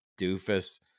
doofus